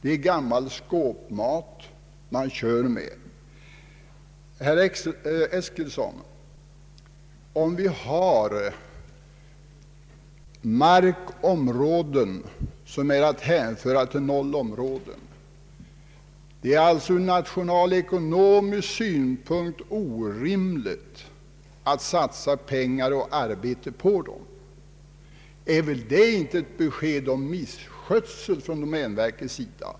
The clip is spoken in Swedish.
Det är gammal skåpmat man kör med. Om det, herr Eskilsson, finns vissa markområden som är att hänföra till nollområden och som det alltså ur nationalekonomisk synpunkt är orimligt att satsa pengar och arbete på, är väl detta inte ett bevis på misskötsel från domänverkets sida.